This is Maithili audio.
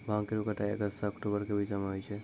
भांग केरो कटाई अगस्त सें अक्टूबर के बीचो म होय छै